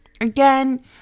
again